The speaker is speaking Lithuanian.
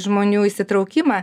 žmonių įsitraukimą